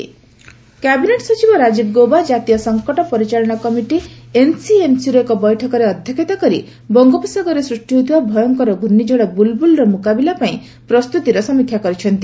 ସିଏବିଏସ୍ଇସି NCMC cabinet ସଚିବ ରାଜୀବ ଗୌବା ଜାତୀୟ ସଂକଟ ପରିଚାଳନା କମିଟି ଏନ୍ସିଏମ୍ସିର ଏକ ବୈଠକରେ ଅଧ୍ୟକ୍ଷତା କରି ବଙ୍ଗୋପସାଗରରେ ସ୍ଦୃଷ୍ଟି ହୋଇଥିବା ଭୟଙ୍କର ଘୂର୍ଷିଝଡ଼ ବୁଲ୍ବୁଲ୍ର ମୁକାବିଲା ପାଇଁ ପ୍ରସ୍ତୁତିର ସମୀକ୍ଷା କରିଛନ୍ତି